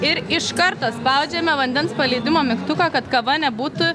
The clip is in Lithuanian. ir iš karto spaudžiame vandens paleidimo mygtuką kad kava nebūtų